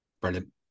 brilliant